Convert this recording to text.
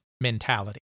mentality